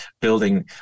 building